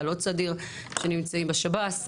חיילות סדיר שנמצאים בשב"ס,